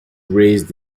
raised